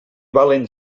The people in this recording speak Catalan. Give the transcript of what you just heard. valen